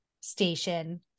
station